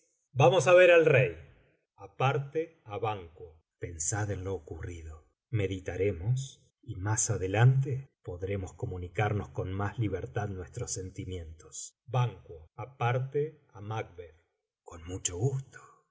vamos á ver al rey aparte á banquo pensad cu lo ocurrido meditaremos y más adelante podremos comunicarnos con más libertad nuestros sentimientos ban aparte ámacbeth cou muctlo gusto